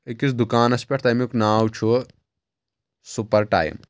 أکِس دُکانس پؠٹھ تمیُک ناو چھُ سُپر ٹایم